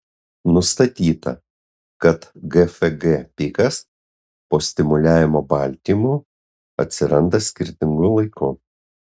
nustatyta kad gfg pikas po stimuliavimo baltymu atsiranda skirtingu laiku